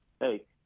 hey